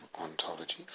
ontology